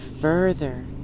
further